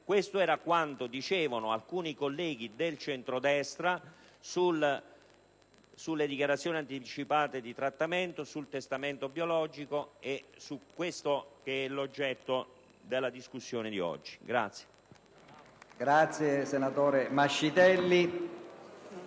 Questo era quanto dicevano alcuni colleghi del centrodestra sulle dichiarazioni anticipate di trattamento, sul testamento biologico e dunque sull'oggetto della discussione di oggi.